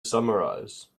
summarize